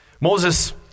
Moses